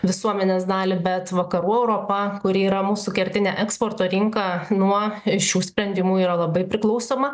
visuomenės dalį bet vakarų europa kuri yra mūsų kertinė eksporto rinka nuo šių sprendimų yra labai priklausoma